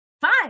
fine